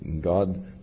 God